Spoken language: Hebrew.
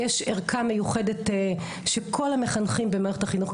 יש ערכה מיוחדת שכל המחנכים במערכת החינוך,